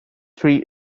three